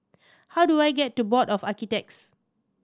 how do I get to Board of Architects